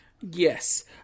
Yes